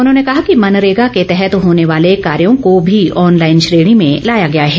उन्होंने कहा कि मनरेगा के तहत होने वाले कायों को भी ऑनलाइन श्रेणी में लाया गया है